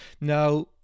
Now